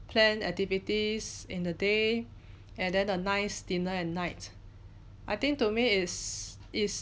plan activities in the day and then a nice dinner at night I think to me its its